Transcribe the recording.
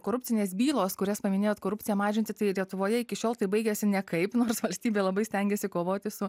korupcinės bylos kurias paminėjot korupciją mažinti tai lietuvoje iki šiol tai baigiasi nekaip nors valstybė labai stengiasi kovoti su